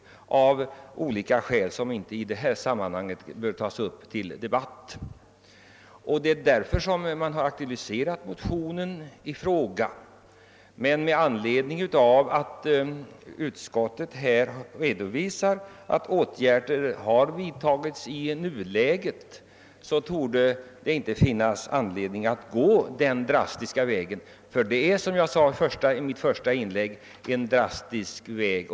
Detta har skett av olika skäl som jag inte i det här sammanhanget kan ta upp till debatt, men det är därför som vi har aktualiserat frågan i motioner. gärder har vidtagits i nuläget, torde det inte finnas anledning att gå den drastiska lagstiftningsvägen — ty detta är, som jag sade i mitt första inlägg, en drastisk väg.